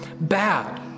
bad